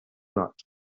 not